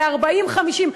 ל-50-40.